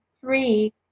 three